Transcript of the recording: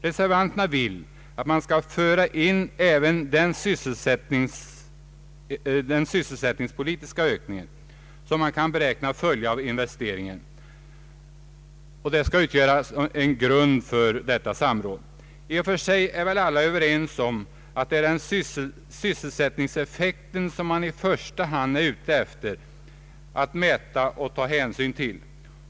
Reservanterna vill att man skall föra in i bilden även den sysselsättningspolitiska ökning som kan beräknas följa av investeringen såsom en grund för detta samråd. I och för sig torde alla vara överens om att det är sysselsättningseffekten som man i första hand vill mäta och ta hänsyn till.